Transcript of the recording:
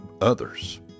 others